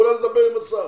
כולה לדבר עם השר.